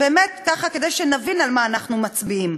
באמת ככה כדי שנבין על מה אנחנו מצביעים.